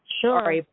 sure